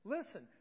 Listen